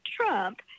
Trump